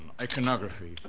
iconography